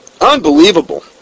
Unbelievable